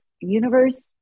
universe